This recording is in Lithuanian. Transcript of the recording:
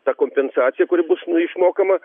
ta kompensacija kuri bus išmokama